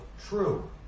true